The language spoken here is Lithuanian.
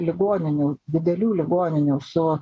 ligoninių didelių ligoninių su